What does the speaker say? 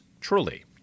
truly